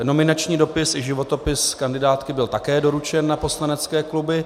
Nominační dopis a životopis kandidátky byl také doručen na poslanecké kluby.